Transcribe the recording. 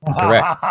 Correct